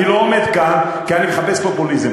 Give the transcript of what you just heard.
אני לא עומד כאן כי אני מחפש פופוליזם.